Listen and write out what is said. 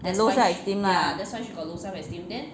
then low self esteem lah